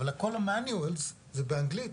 אבל כל ה-Manuals זה באנגלית.